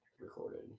recorded